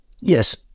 Yes